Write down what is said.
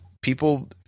people